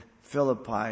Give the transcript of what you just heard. Philippi